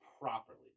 properly